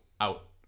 out